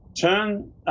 turn